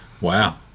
Wow